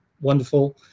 wonderful